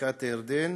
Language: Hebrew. ובבקעת-הירדן